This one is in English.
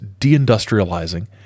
deindustrializing